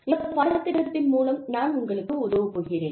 இந்த பாடத்திட்டத்தின் மூலம் நான் உங்களுக்கு உதவப் போகிறேன்